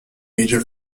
major